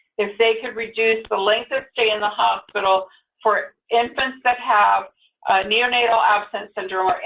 if they could reduce the length of stay in the hospital for infants that have neonatal abstinence syndrome,